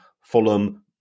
Fulham